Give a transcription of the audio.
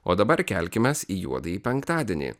o dabar kelkimės į juodąjį penktadienį